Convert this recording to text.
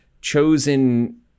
chosen